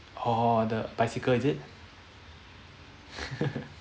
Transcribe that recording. orh the bicycle is it